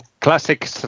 classic